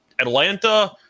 Atlanta